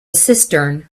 cistern